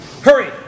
Hurry